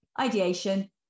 Ideation